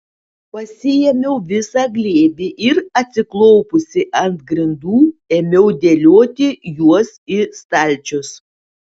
pasiėmiau visą glėbį ir atsiklaupusi ant grindų ėmiau dėlioti juos į stalčius